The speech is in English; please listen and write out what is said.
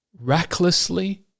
recklessly